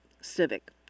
civic